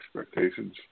expectations